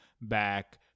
back